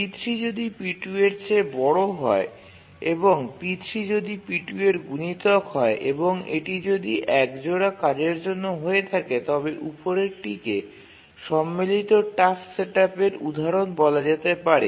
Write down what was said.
p3 যদি p2 এর থেকে বড় হয় এবং p3 যদি p2 এর গুনিতক হয় এবং এটি যদি এক জোড়া কাজের জন্য হয়ে থাকে তবে উপরেরটিকে সম্মিলিত টাস্ক সেটআপের উদাহরণ বলা যেতে পারে